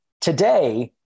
today